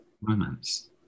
Romance